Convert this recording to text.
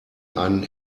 einen